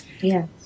Yes